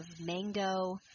mango